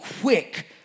quick